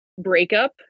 breakup